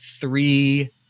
three